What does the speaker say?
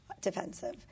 defensive